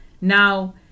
now